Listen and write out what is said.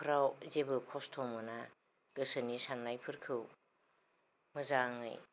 Frau जेबो खस्थ' मोना गोसोनि सान्नायफोरखौ मोजाङै